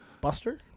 buster